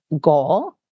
goal